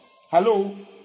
Hello